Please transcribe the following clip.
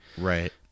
Right